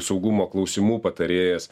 saugumo klausimų patarėjas